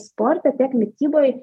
sporte tiek mityboj